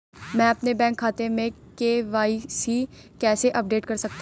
मैं अपने बैंक खाते में के.वाई.सी कैसे अपडेट कर सकता हूँ?